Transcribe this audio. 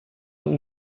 und